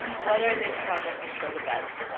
weatherization projects are still the best.